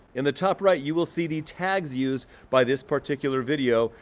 in the top right you will see the tags used by this particular video,